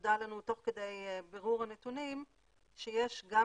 שנודע לנו תוך כדי בירור הנתונים שיש גם